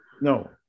No